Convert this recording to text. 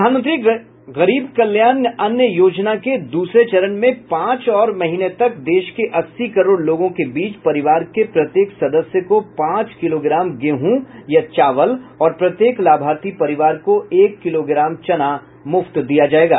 प्रधानमंत्री गरीब कल्याण अन्न योजना के दूसरे चरण में पांच और महीने तक देश के अस्सी करोड लोगों के बीच परिवार के प्रत्येक सदस्य को पांच किलोग्राम गेहूं या चावल और प्रत्येक लाभार्थी परिवार को एक किलोग्राम चना मुफ्त दिया जाएगा